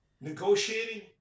negotiating